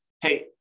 hey